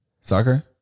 Soccer